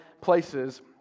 places